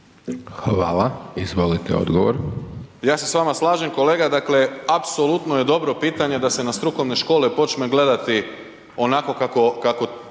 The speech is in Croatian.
Saša (SDP)** Ja se s vama slažem kolega dakle, apsolutno je dobro pitanje da se na strukovne škole počne gledati onako kako